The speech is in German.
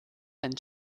ein